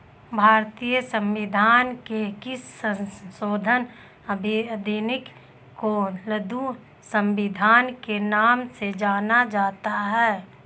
भारतीय संविधान के किस संशोधन अधिनियम को लघु संविधान के नाम से जाना जाता है?